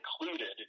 included